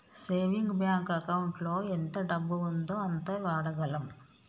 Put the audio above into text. saving bank ఎకౌంటులో ఎంత డబ్బు ఉందో అంతే వాడగలం